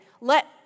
let